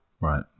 Right